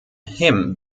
him